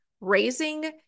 raising